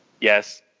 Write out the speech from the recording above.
yes